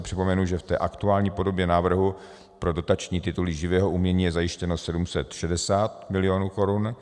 Připomenu, že v aktuální podobě návrhu pro dotační tituly živého umění je zajištěno 760 milionů korun.